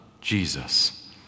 Jesus